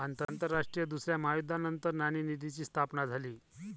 आंतरराष्ट्रीय दुसऱ्या महायुद्धानंतर नाणेनिधीची स्थापना झाली